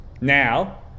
now